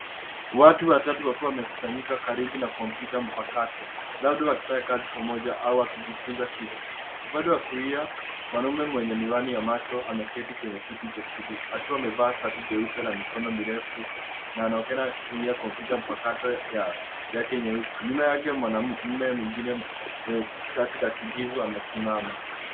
Watu watatu wakiwa wamekusanyika karibu na kompyuta mpakato labda wakifanya kazi pamoja au wakijifunza kitu, upande wa kulia mwanaume mwenye miwani ya macho ameketi kwenye kiti cha ghurudumu akiwa amevaa shati jeupe la mikono mirefu na anaonekana akitumia kompyuta mpakato ya yake nyeusi. Nyuma yake kuna mwanaume mwingine mwenye shati la kijivu amesimama.